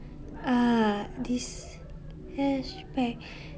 ah this cashback